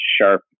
sharp